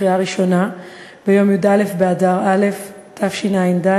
בקריאה ראשונה ביום י"א באדר א' תשע"ד,